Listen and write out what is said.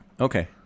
Okay